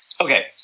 Okay